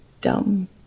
dumb